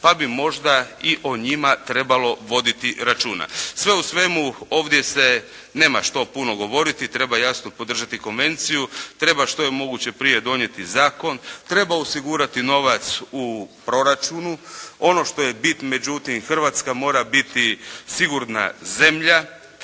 pa bi možda i o njima trebalo voditi računa. Sve u svemu ovdje se nema što puno govoriti. Treba jasno podržati konvenciju. Treba što je moguće prije donijeti zakon. Treba osigurati novac u proračunu. Ono što je bit, međutim Hrvatska mora biti sigurna zemlja.